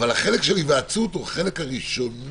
אבל החלק של היוועצות הוא החלק הראשוני